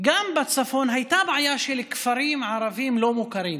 גם בצפון הייתה בעיה של כפרים ערביים לא מוכרים.